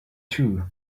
too